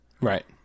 Right